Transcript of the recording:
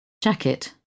Jacket